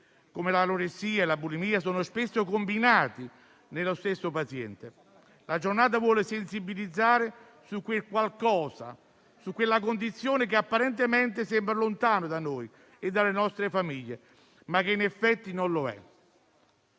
come l'anoressia e la bulimia, sono spesso combinati nello stesso paziente. La Giornata vuole sensibilizzare su quel qualcosa, su quella condizione che apparentemente sembra lontana da noi e dalle nostre famiglie, ma che in effetti non lo è,